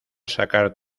sacar